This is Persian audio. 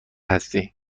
هستی